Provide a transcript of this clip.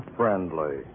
friendly